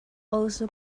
also